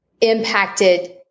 impacted